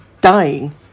dying